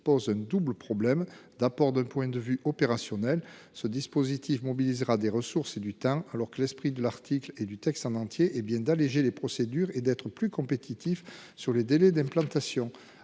pose un double problème, d'abord d'un point de vue opérationnel ce dispositif mobilisera des ressources et du temps alors que l'esprit de l'article et du texte en entier et bien d'alléger les procédures et d'être plus compétitifs sur les délais d'implantation.